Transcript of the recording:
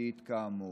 ממשלתית כאמור.